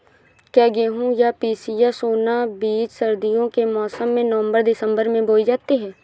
क्या गेहूँ या पिसिया सोना बीज सर्दियों के मौसम में नवम्बर दिसम्बर में बोई जाती है?